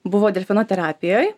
buvo delfinų terapijoj